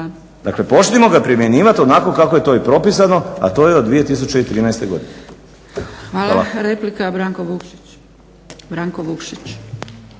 Dakle počnimo ga primjenjivati onako kako je to i propisano, a to je od 2013. godine. **Zgrebec, Dragica